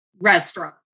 restaurant